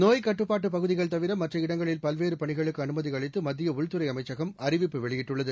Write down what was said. நோய்க் கட்டுப்பாட்டு பகுதிகள் தவிர மற்ற இடங்களில் பல்வேறு பணிகளுக்கு அனுமதி அளித்து மத்திய உள்துறை அமைச்சகம் அறிவிப்பு வெளியிட்டுள்ளது